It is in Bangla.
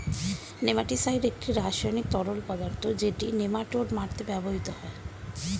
নেমাটিসাইড একটি রাসায়নিক তরল পদার্থ যেটি নেমাটোড মারতে ব্যবহৃত হয়